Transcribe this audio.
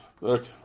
Look